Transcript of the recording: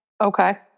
Okay